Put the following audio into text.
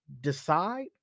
decide